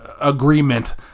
agreement